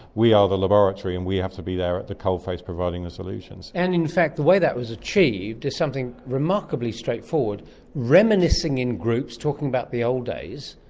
we are the laboratory and we have to be there at the coalface providing the solutions. and in fact the way that was achieved is something remarkably straightforward reminiscing in groups, talking about the old days,